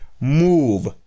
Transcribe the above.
move